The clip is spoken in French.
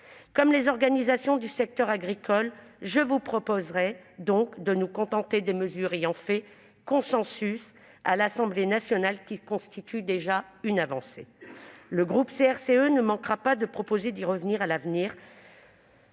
les organisations syndicales du secteur agricole, je vous propose donc de nous contenter des mesures ayant fait consensus à l'Assemblée nationale, qui constituent déjà une avancée. Le groupe CRCE ne manquera pas de proposer d'y revenir à l'avenir.